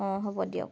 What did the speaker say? অ হ'ব দিয়ক